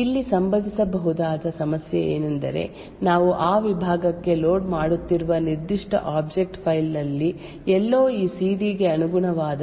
ಇಲ್ಲಿ ಸಂಭವಿಸಬಹುದಾದ ಸಮಸ್ಯೆ ಏನೆಂದರೆ ನಾವು ಆ ವಿಭಾಗಕ್ಕೆ ಲೋಡ್ ಮಾಡುತ್ತಿರುವ ನಿರ್ದಿಷ್ಟ ಆಬ್ಜೆಕ್ಟ್ ಫೈಲ್ ನಲ್ಲಿ ಎಲ್ಲೋ ಈ ಸಿಡಿ ಗೆ ಅನುಗುಣವಾದ